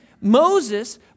Moses